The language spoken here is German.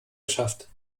geschafft